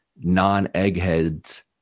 non-eggheads